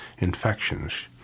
infections